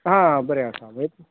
हा बरें आसा